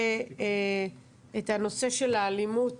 הנושא של האלימות